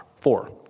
Four